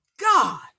God